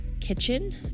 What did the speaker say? Kitchen